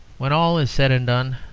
when all is said and done,